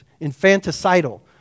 infanticidal